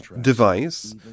device